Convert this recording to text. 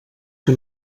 que